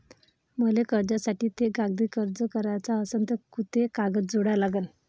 मले कर्जासाठी थे कागदी अर्ज कराचा असन तर कुंते कागद जोडा लागन?